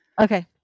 Okay